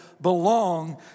belong